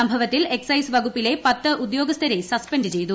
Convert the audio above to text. സംഭവത്തിൽ എക്സൈസ് വകുപ്പിലെ പത്ത് ഉദ്യോഗസ്ഥരെ സസ്പെൻഡ് ചെയ്തു